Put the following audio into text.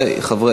שני.